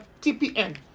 TPN